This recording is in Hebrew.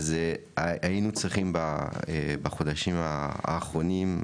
אז היינו צריכים בחודשים האחרונים,